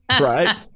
right